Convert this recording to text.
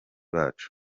bacu